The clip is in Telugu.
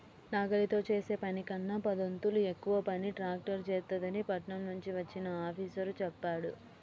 నాగలితో చేసే పనికన్నా పదొంతులు ఎక్కువ పని ట్రాక్టర్ చేత్తదని పట్నం నుంచి వచ్చిన ఆఫీసరు చెప్పాడు